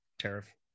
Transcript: Tariff